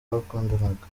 bakundanaga